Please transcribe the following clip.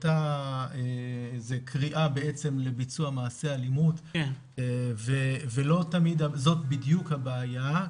הסתה זה קריאה בעצם לביצוע מעשה אלימות ולא תמיד זאת בדיוק הבעיה.